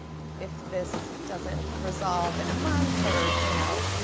if this doesn't resolve in a month or you know,